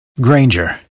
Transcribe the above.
Granger